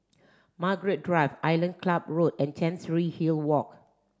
Margaret Drive Island Club Road and Chancery Hill Walk